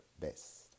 best